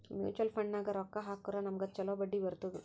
mutual ಫಂಡ್ನಾಗ್ ರೊಕ್ಕಾ ಹಾಕುರ್ ನಮ್ಗ್ ಛಲೋ ಬಡ್ಡಿ ಬರ್ತುದ್